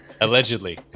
Allegedly